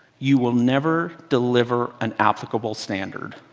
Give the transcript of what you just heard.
you will never deliver an applicable standard.